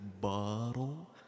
bottle